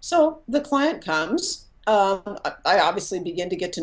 so the client i obviously need to get to